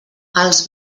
els